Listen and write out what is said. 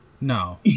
No